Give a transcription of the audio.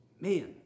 man